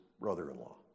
brother-in-law